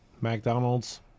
McDonald's